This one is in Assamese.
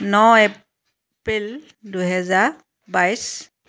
ন এপ্ৰিল দুহেজাৰ বাইছ